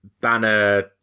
banner